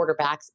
quarterbacks